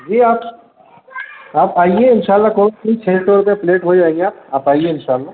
جی آپ آپ آئیے انشاء اللہ کون چھ سو روپے پلیٹ ہو جائیں گے آپ آئیے انشاء اللہ